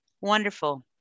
Wonderful